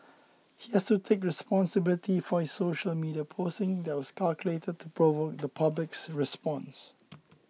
he has to take responsibility for his social media posing that was calculated to provoke the public's response